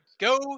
Go